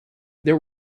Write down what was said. there